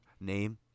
name